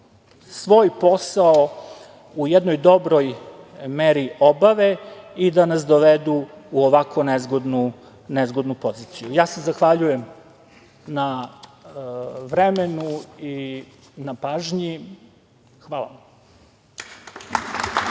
svoj posao u jednoj dobroj meri obave i da nas dovedu u ovako nezgodnu poziciju. Zahvaljujem se na vremenu i na pažnji. Hvala.